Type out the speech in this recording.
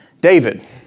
David